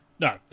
No